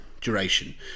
duration